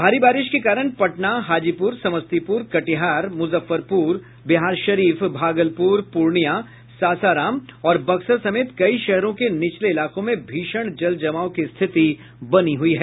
भारी बारिश के कारण पटना हाजीपुर समस्तीपुर कटिहार मुजफ्फरपुर बिहारशरीफ भागलपुर पूर्णियां सासाराम और बक्सर समेत कई शहरों के निचले इलाकों में भीषण जल जमाव की स्थिति बनी हुई है